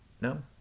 No